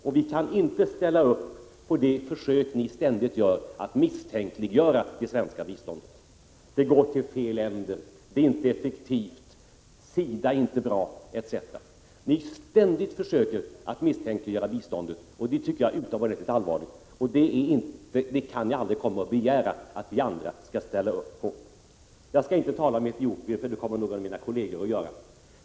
Och vi kan inte ställa upp på det försök ni ständigt gör att misstänkliggöra det svenska biståndet — att det går till fel länder, att det inte är effektivt, att SIDA inte är bra, etc. Ni försöker ständigt misstänkliggöra biståndet, och det tycker jag är utomordentligt allvarligt. Ni kan aldrig komma och begära att vi andra skall ställa upp på detta. Jag skall inte tala om Etiopien, eftersom en av mina kolleger kommer att göra det.